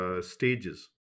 stages